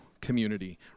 community